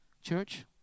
church